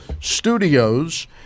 studios